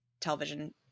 television